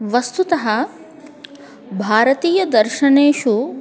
वस्तुतः भारतीयदर्शनेषु